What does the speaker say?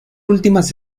últimas